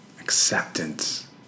acceptance